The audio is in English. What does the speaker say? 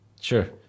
Sure